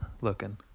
looking